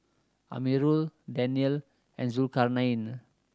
Amirul Daniel and Zulkarnain